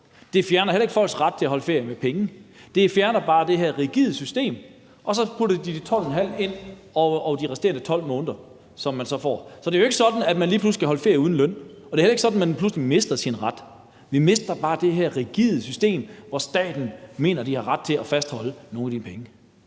det fjerner heller ikke folks ret til at holde ferie med løn; det fjerner bare det her rigide system, og så putter man de 12½ pct. ind over de resterende 12 måneder, som man så får. Så det er jo ikke sådan, at man lige pludselig skal holde ferie uden løn, og det er heller ikke sådan, at man pludselig mister sin ret. Vi mister bare det her rigide system, hvor staten mener, de har ret til at fastholde nogle af de penge.